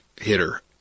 hitter